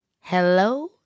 Hello